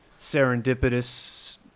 serendipitous